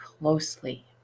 closely